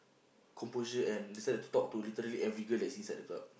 composure and start to talk to literally every girl that's inside the club